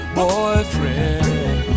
boyfriend